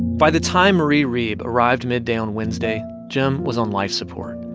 by the time marie reeb arrived midday on wednesday, jim was on life support.